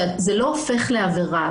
שזה לא הולך לעבירה.